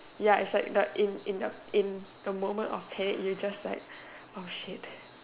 ya it's like the in in in the moment of panic you just like oh shit